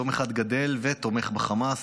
ויום אחד תומך בחמאס,